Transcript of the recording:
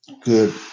good